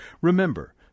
Remember